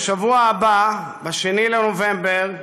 בשבוע הבא, ב-2 בנובמבר,